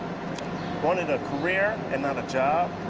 wanted a career and not a job,